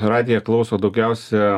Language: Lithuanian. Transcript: radiją klauso daugiausia